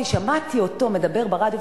כי שמעתי אותו מדבר ברדיו,